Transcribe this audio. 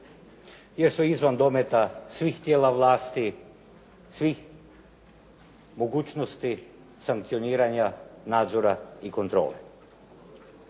jer su izvan dometa svih tijela vlasti, svih mogućnosti sankcioniranja nadzora i kontrole.